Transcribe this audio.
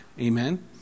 Amen